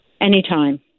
Anytime